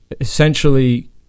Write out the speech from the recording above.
essentially